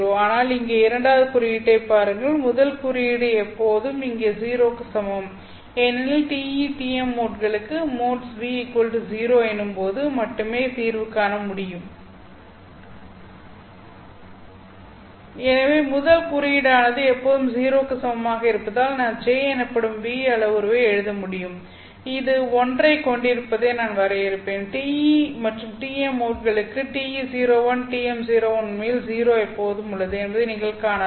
ஆனால் இங்கே இரண்டாவது குறியீட்டைப் பாருங்கள் முதல் குறியீடு எப்போதும் இங்கே 0 க்கு சமம் ஏனெனில் TE TM மோட்களுக்கு v 0 எனும்போது மட்டுமே தீர்வு காண முடியும் எனவே முதல் குறியீடானது எப்போதும் 0 க்கு சமமாக இருப்பதால் நான் J எனப்படும் ν அளவுருவை எழுத முடியும் இது 1 ஐக் கொண்டிருப்பதை நான் வரையறுப்பேன் TE மற்றும் TM மோட்களுக்கு TE01 TM01 உண்மையில் 0 எப்போதும் உள்ளது என்பதை நீங்கள் காணலாம்